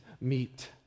meet